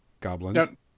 goblins